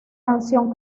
canción